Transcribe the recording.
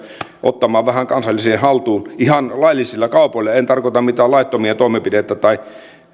ottamaan vähän kansalliseen haltuun ihan laillisilla kaupoilla en tarkoita mitään laittomia tai